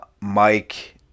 Mike